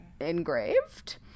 engraved